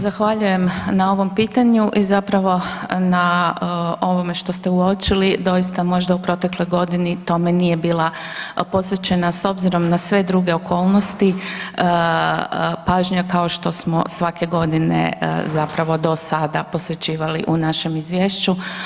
Zahvaljujem na ovom pitanju i zapravo na ovome što ste uočili, doista možda u protekloj godini tome nije bila posvećena s obzirom na sve druge okolnosti pažnja kao što smo svake godine zapravo do sada posvećivali u našem izvješću.